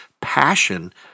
passion